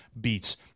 beats